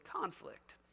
conflict